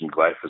glyphosate